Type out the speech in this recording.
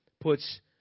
puts